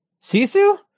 Sisu